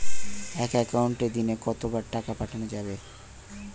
এক একাউন্টে দিনে কতবার টাকা পাঠানো যাবে?